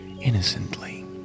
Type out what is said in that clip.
innocently